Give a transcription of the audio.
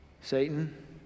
Satan